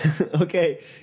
okay